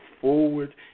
forward